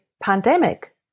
pandemic